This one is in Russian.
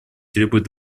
требует